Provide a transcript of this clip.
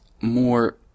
more